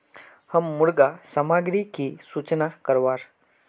हम मुर्गा सामग्री की सूचना करवार?